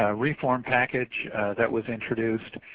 ah reform package that was introduced,